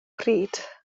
pryd